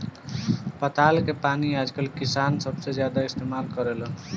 पताल के पानी आजकल किसान सबसे ज्यादा इस्तेमाल करेलेन